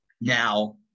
now